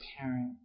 parent